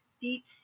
deep